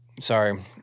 Sorry